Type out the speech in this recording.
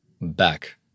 back